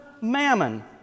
mammon